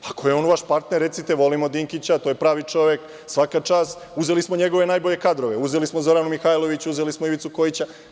Ako je on vaš partner, recite – volimo Dinkića, to je pravi čovek, svaka čast, uzeli smo njegove najbolje kadrove, uzeli smo Zoranu Mihajlović, uzeli smo Ivicu Kojića.